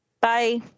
Bye